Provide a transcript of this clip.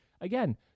Again